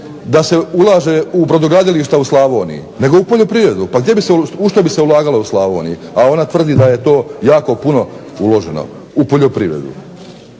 da se ulaže u brodogradilišta u Slavoniji, nego u poljoprivredu, u što bi se ulagalo u Slavoniji a ona tvrdi da je jako puno uloženo u poljoprivredu.